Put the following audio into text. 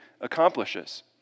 accomplishes